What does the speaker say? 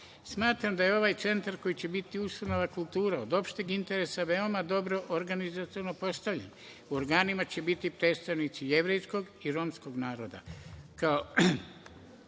građu. Smatram da je ovaj centar koji će biti ustanova kultura od opšteg interesa, veoma dobro organizaciono postavljen, u organima će biti predstavnici jevrejskog i romskog naroda,